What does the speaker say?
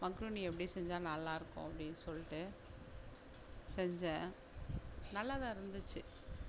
macaroni எப்படி செஞ்சால் நல்லாயிருக்கும் அப்படி சொல்லிட்டு செஞ்சேன் நல்லாதான் இருந்துச்சு